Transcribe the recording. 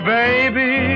baby